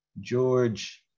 George